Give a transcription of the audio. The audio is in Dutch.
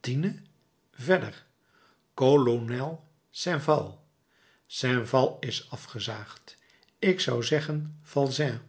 tine verder kolonel sainval sainval is afgezaagd ik zou zeggen valsin